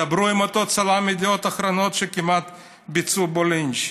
דברו עם אותו צלם ידיעות אחרונות שכמעט ביצעו בו לינץ'.